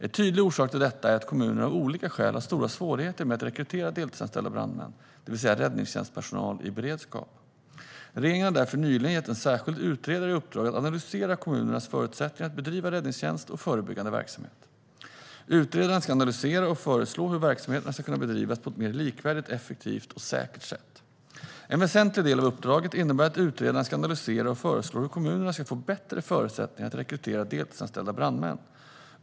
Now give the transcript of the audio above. En tydlig orsak till detta är att kommunerna av olika skäl har stora svårigheter med att rekrytera deltidsanställda brandmän, det vill säga räddningstjänstpersonal i beredskap. Regeringen har därför nyligen gett en särskild utredare i uppdrag att analysera kommunernas förutsättningar att bedriva räddningstjänst och förebyggande verksamhet. Utredaren ska analysera och föreslå hur verksamheterna ska kunna bedrivas på ett mer likvärdigt, effektivt och säkert sätt. En väsentlig del av uppdraget innebär att utredaren ska analysera och föreslå hur kommunerna ska få bättre förutsättningar att rekrytera deltidsanställda brandmän.